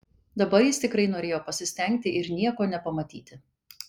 dabar jis tikrai norėjo pasistengti ir nieko nepamatyti